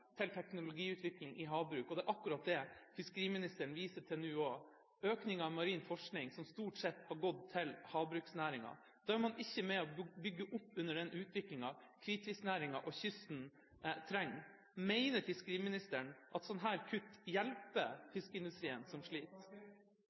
til teknologiutvikling i havbruk. Det er akkurat det fiskeriministeren viser til nå – en økning av marin forskning som stort sett har gått til havbruksnæringen. Da er man ikke med på å bygge opp under den utviklingen hvitfisknæringen og kysten trenger. Mener fiskeriministeren at sånne kutt hjelper